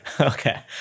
Okay